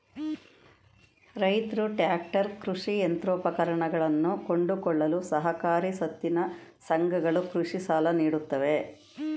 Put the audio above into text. ರೈತ್ರು ಟ್ರ್ಯಾಕ್ಟರ್, ಕೃಷಿ ಯಂತ್ರೋಪಕರಣಗಳನ್ನು ಕೊಂಡುಕೊಳ್ಳಲು ಸಹಕಾರಿ ಪತ್ತಿನ ಸಂಘಗಳು ಕೃಷಿ ಸಾಲ ನೀಡುತ್ತವೆ